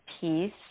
peace